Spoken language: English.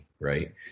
right